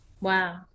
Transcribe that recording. Wow